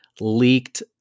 leaked